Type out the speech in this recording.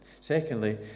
Secondly